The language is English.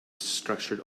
structured